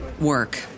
work